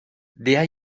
der